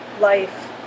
life